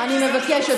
אני מבקשת.